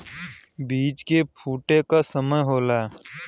बीज के फूटे क समय होला